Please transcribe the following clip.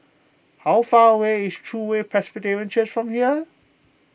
how far away is True Way Presbyterian Church from here